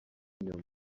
inyuma